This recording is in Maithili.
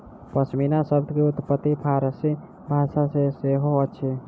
पश्मीना शब्द के उत्पत्ति फ़ारसी भाषा सॅ सेहो अछि